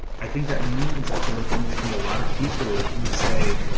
i think that means that there are going to be a lot of people who say,